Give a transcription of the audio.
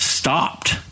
Stopped